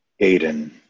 Aiden